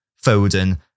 Foden